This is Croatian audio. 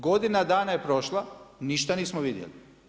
Godina dana je prošla, ništa nismo vidjeli.